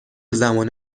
زمان